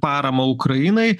paramą ukrainai